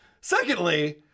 secondly